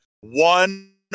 One